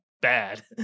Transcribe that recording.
bad